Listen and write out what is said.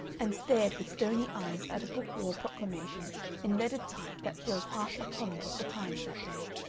and stared with stony eyes at a book-war proclamation in leaded type that filled half a column of the times that day.